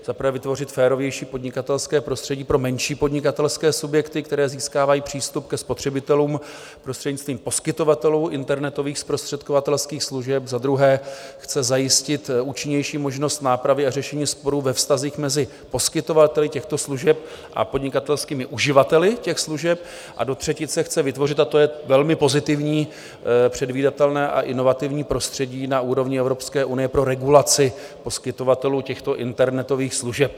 Za prvé vytvořit férovější podnikatelské prostředí pro menší podnikatelské subjekty, které získávají přístup ke spotřebitelům prostřednictvím poskytovatelů internetových zprostředkovatelských služeb, za druhé chce zajistit účinnější možnost nápravy a řešení sporů ve vztazích mezi poskytovateli těchto služeb a podnikatelskými uživateli těch služeb a do třetice chce vytvořit takové velmi pozitivní předvídatelné a inovativní prostředí na úrovni Evropské unie pro regulaci poskytovatelů těchto internetových služeb.